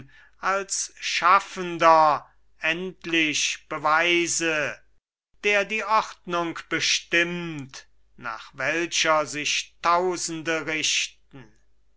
als schaffender endlich beweise der die ordnung bestimmt nach welcher sich tausende richten